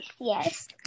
yes